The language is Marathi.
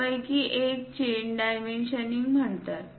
त्यापैकी एक चेन डायमेन्शनिंग म्हणतात